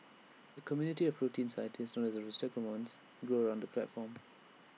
A community of protein scientists known as the Rosetta Commons grew around the platform